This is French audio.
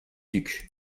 duke